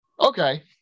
Okay